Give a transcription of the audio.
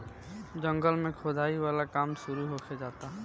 जंगल में खोदाई वाला काम शुरू होखे जाता